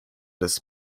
des